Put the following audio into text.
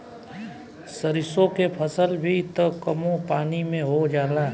सरिसो के फसल भी त कमो पानी में हो जाला